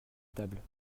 table